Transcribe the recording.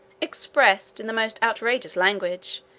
expressed, in the most outrageous language,